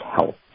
health